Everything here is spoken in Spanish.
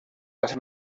las